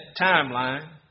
timeline